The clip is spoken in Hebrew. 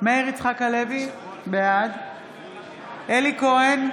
מאיר יצחק-הלוי, בעד אלי כהן,